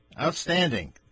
Outstanding